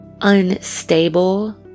unstable